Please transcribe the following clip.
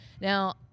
Now